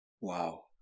wow